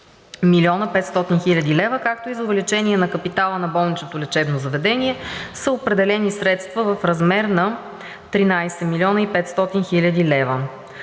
млн. и 500 хил. лв., както и за увеличение на капитала на болничното лечебно заведение са определени средства в размер на 13 млн. и 500 хил. лв.